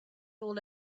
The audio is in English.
all